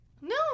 No